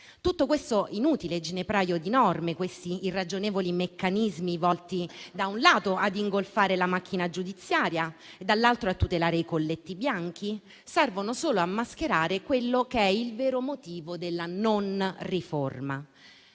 Tutto questo inutile ginepraio di norme, questi irragionevoli meccanismi volti, da un lato, a ingolfare la macchina giudiziaria e, dall'altro, a tutelare i colletti bianchi, servono solo a mascherare quello che è il vero motivo della non riforma: